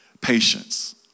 patience